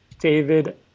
David